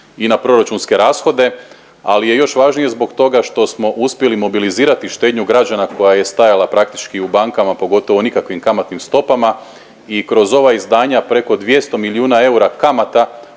i na proračunske rashode, ali je još važnije zbog toga što smo uspjeli mobilizirati štednju građana koja je stajala praktički u bankama, po gotovo nikakvim kamatnim stopama i kroz ova izdanja preko 200 milijuna eura kamata